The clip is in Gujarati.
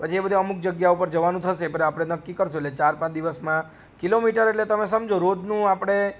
પછી એ બધું અમુક જગ્યાઓ ઉપર જવાનું થશે પણ આપણે નક્કી કરશું એટલે ચાર પાંચ દિવસમાં કિલોમીટર એટલે તમે સમજો રોજનું આપણે